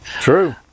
True